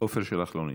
עפר שלח, לא נמצא.